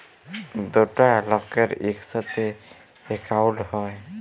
দুটা লকের ইকসাথে একাউল্ট হ্যয়